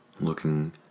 looking